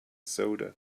soda